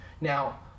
Now